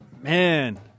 Man